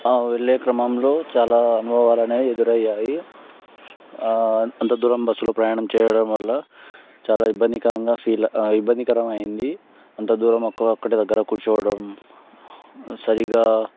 ఆ వెళ్ళే క్రమంలో చాలా అనుభవాలనేవి ఎదురయ్యాయి అంత దూరం బస్సులో ప్రయాణం చేయడం వల్ల చాలా ఇబ్బందికరంగా ఫీల్ చాలా ఇబ్బందికరమైంది అంతా దూరం ఒక్క ఒక్కటే దగ్గర కూర్చోవడం సరిగ్గా